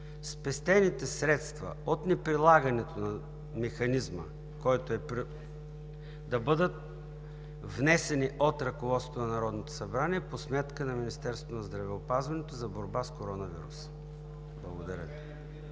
„Спестените средства от неприлагането на механизма да бъдат внесени от ръководството на Народното събрание по сметката на Министерството на здравеопазването за борба с коронавируса.“ Благодаря.